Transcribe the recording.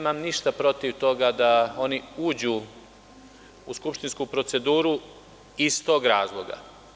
Nemam ništa protiv toga da oni uđu u skupštinsku proceduru iz tog razloga.